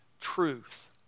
truth